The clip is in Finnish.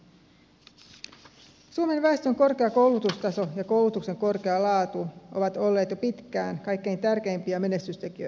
suomen väestön korkea koulutustaso ja koulutuksen korkea laatu ovat olleet jo pitkään kaikkein tärkeimpiä menestystekijöitämme